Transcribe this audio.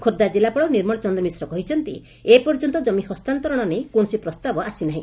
ଖୋର୍ବ୍ଧା କିଲ୍ଲାପାଳ ନିର୍ମଳ ଚନ୍ଦ୍ର ମିଶ୍ର କହିଛନ୍ତି ଏପର୍ଯ୍ୟନ୍ତ କମି ହସ୍ତାନ୍ତରଣ ନେଇ କୌଶସି ପ୍ରସ୍ତାବ ଆସି ନାହି